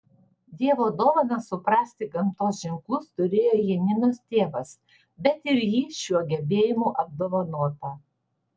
dievo dovaną suprasti gamtos ženklus turėjo janinos tėvas bet ir ji šiuo gebėjimu apdovanota